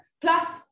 Plus